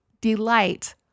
delight